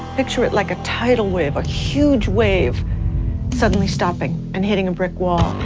picture it like a tidal wave, a huge wave suddenly stopping and hitting a brick wall.